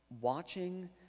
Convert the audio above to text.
watching